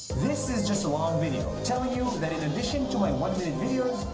this is just a long video telling you that in addition to my one-minute videos,